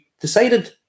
decided